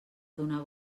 donar